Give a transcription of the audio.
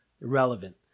irrelevant